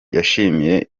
yashimiye